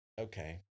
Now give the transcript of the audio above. okay